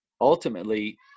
ultimately